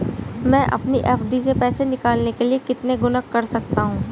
मैं अपनी एफ.डी से पैसे निकालने के लिए कितने गुणक कर सकता हूँ?